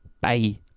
Bye